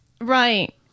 Right